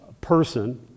person